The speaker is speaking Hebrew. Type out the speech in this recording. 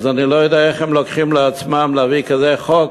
אז אני לא יודע איך הם לוקחים על עצמם להעביר כזה חוק